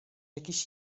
jakiś